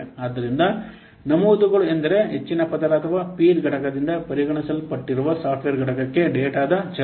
ಆದ್ದರಿಂದ ನಮೂದುಗಳು ಎಂದರೆ ಹೆಚ್ಚಿನ ಪದರ ಅಥವಾ ಪೀರ್ ಘಟಕದಿಂದ ಪರಿಗಣಿಸಲ್ಪಟ್ಟಿರುವ ಸಾಫ್ಟ್ವೇರ್ ಘಟಕಕ್ಕೆ ಡೇಟಾದ ಚಲನೆ